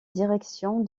direction